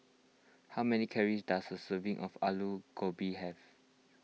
how many calories does a serving of Aloo Gobi have